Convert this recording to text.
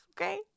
okay